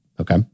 Okay